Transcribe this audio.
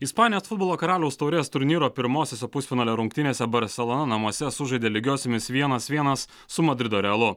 ispanijos futbolo karaliaus taurės turnyro pirmosiose pusfinalio rungtynėse berselona namuose sužaidė lygiosiomis vienas vienas su madrido realu